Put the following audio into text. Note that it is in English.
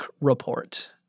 report